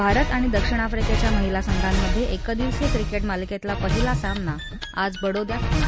भारत आणि दक्षिण आफ्रिक्ख्या महिला संघांमध्किदिवसीय क्रिक्त मालिक्विला पहिला सामना आज बडोद्यात होणार